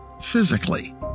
physically